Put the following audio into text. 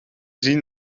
zien